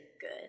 good